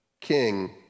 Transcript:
king